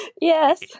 Yes